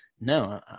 no